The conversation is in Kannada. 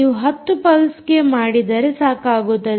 ನೀವು 10 ಪಲ್ಸ್ಗೆ ಮಾಡಿದರೆ ಸಾಕಾಗುತ್ತದೆ